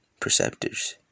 perceptors